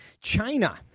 China